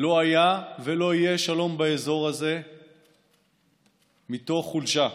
לא היה ולא יהיה שלום באזור הזה מתוך חולשה,